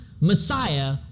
Messiah